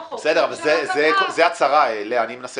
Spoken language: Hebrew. שם לא צריך לחזור, התקבל